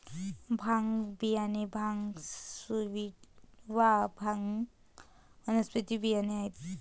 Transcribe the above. भांग बियाणे भांग सॅटिवा, भांग वनस्पतीचे बियाणे आहेत